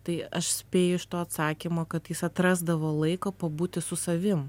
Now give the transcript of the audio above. tai aš spėju iš to atsakymo kad jis atrasdavo laiko pabūti su savim